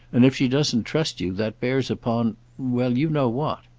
and if she doesn't trust you, that bears upon well, you know what.